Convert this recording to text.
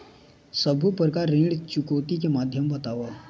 सब्बो प्रकार ऋण चुकौती के माध्यम बताव?